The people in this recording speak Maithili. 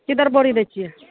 कि दर बोरी दै छिए